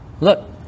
look